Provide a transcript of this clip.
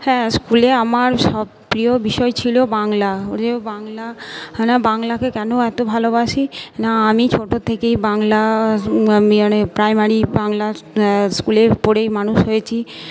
হ্যাঁ স্কুলে আমার সব প্রিয় বিষয় ছিল বাংলা প্রিয় বাংলা বাংলাকে কেনো এত ভালোবাসি না আমি ছোটো থেকেই বাংলা প্রাইমারি বাংলা স্কুলে পড়েই মানুষ হয়েছি